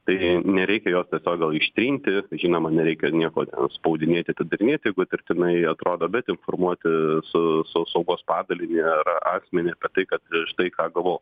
tai nereikia jos tiesiog gal ištrinti žinoma nereikia nieko spaudinėti atidarinėti jeigu įtartinai atrodo bet informuoti s s saugos pagalinį ar asmenį tai kad štai ką gavau